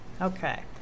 Okay